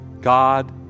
God